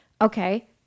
okay